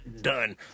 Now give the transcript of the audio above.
done